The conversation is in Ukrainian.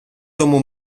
тому